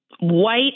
white